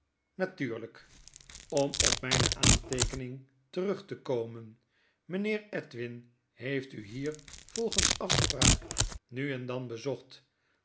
om op mijne aanteekening terug te komen mijnheer edwin heeft u hier volgens afspraak nu en dan bezocht